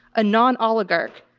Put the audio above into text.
a non oligarch,